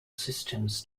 systems